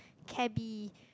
cabbie